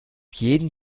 jeden